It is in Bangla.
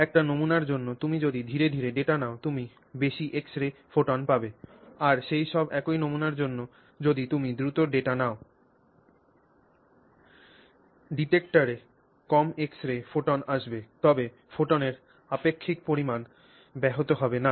একটি নমুনার জন্য তুমি যদি ধীরে ধীরে ডেটা নাও তুমি বেশি এক্স রে ফোটন পাবে আর সেই একই নমুনার জন্য যদি তুমি দ্রুত ডেটা নাও ডিটেক্টারে কম এক্সরে ফোটন আসবে তবে ফোটনের আপেক্ষিক পরিমাণ ব্যাহত হবে না